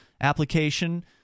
application